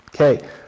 okay